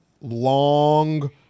long